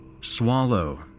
Swallow